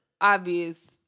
obvious